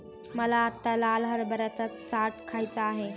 मला आत्ता लाल हरभऱ्याचा चाट खायचा आहे